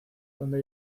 donde